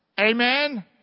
Amen